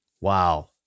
Wow